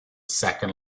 second